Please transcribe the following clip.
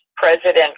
President